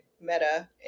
meta